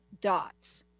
dots